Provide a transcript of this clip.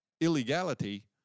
illegality